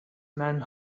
men